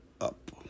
up